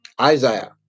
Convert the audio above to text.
Isaiah